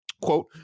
Quote